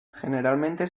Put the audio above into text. generalmente